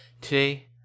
Today